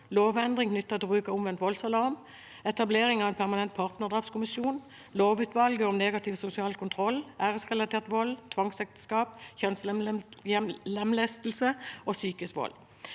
lovendring knyttet til bruk av omvendt voldsalarm, etablering av en permanent partnerdrapskommisjon og lovutvalget om negativ sosial kontroll, æresrelatert vold, tvangsekteskap, kjønnslemlestelse og psykisk vold.